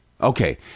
Okay